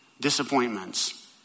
disappointments